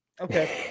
Okay